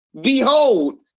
Behold